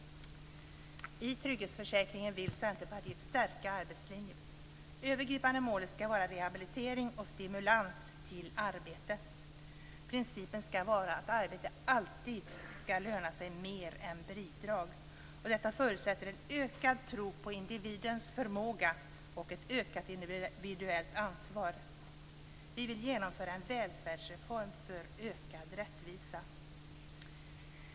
I trygghetsförsäkringen vill Centerpartiet stärka arbetslinjen. Övergripande mål skall vara rehabilitering och stimulans till arbete. Principen skall vara att arbete alltid skall löna sig mer än bidrag. Detta förutsätter en ökad tro på individens förmåga och ett ökat individuellt ansvar. Vi vill genomföra en välfärdsreform för ökad rättvisa.